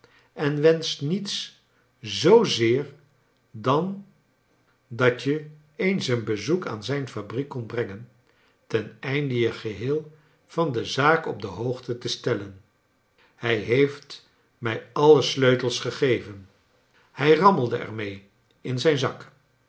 en wenscht niets zoo zeer dan dat je eens een bezoek aan zijn fabriek komt brengen ten einde je geheel van de zaak op de hoogte te stellen hij heeft mij alle s leu t els gegeven hij rammelde er mee in zijn zak